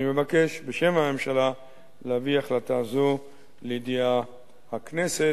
אני מבקש בשם הממשלה להביא החלטה זו לידיעת הכנסת.